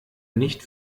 nicht